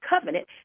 covenant